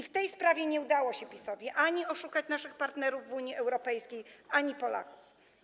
W tej sprawie nie udało się PiS-owi oszukać naszych partnerów w Unii Europejskiej ani Polaków.